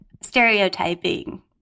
stereotyping